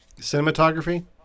cinematography